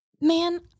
man